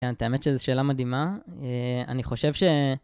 כן, תאמת שזו שאלה מדהימה, אני חושב ש...